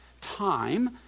time